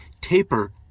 taper